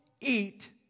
eat